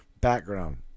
background